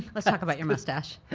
let's talk about your mustache.